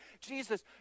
Jesus